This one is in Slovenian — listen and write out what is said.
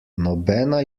nobena